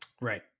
Right